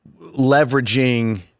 leveraging